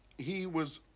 he was.